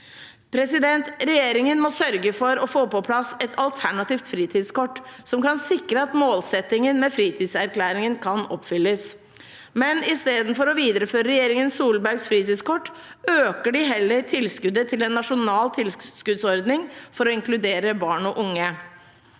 ordninger. Regjeringen må sørge for å få på plass et alternativt fritidskort som kan sikre at målsettingen med Fritidserklæringen kan oppfylles. Men istedenfor å videreføre regjeringen Solbergs fritidskort, øker de heller tilskuddet til en nasjonal tilskuddsordning for å inkludere barn og unge.